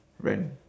rent